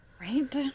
Right